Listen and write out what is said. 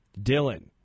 Dylan